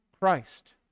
Christ